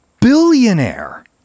billionaire